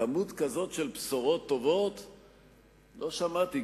כמות כזאת של בשורות טובות עוד לא שמעתי.